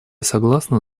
согласна